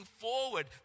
forward